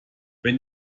wenn